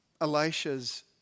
Elisha's